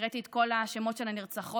הקראתי את כל השמות של הנרצחות.